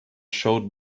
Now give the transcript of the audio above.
showed